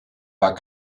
war